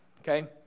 okay